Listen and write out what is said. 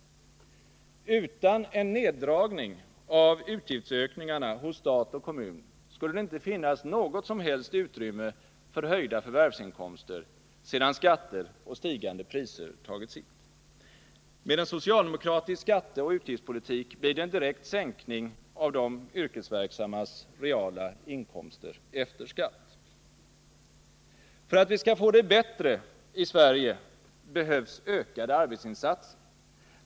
Utan en neddragning av utgiftsökningarna hos stat och kommun skulle det inte finnas något som helst utrymme för höjda förvärvsinkomster, sedan skatter och stigande priser tagit sitt. Med en socialdemokratisk skatteoch utgiftspolitik blir det en direkt sänkning av de yrkesverksammas reala inkomster efter skatt. För att vi skall få det bättre i Sverige behövs ökade arbetsinsatser.